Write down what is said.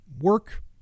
work